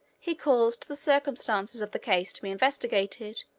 he caused the circumstances of the case to be investigated,